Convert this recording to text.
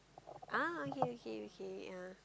ah okay okay okay ah